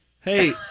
Hey